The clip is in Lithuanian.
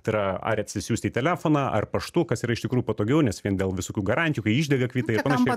tai yra ar atsisiųsti į telefoną ar paštu kas yra iš tikrųjų patogiau nes vien dėl visokių garantijų kai išdega kvitai ir panašiai